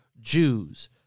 Jews